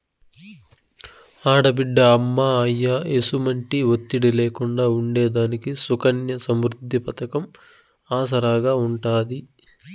ఆడబిడ్డ అమ్మా, అయ్య ఎసుమంటి ఒత్తిడి లేకుండా ఉండేదానికి సుకన్య సమృద్ది పతకం ఆసరాగా ఉంటాది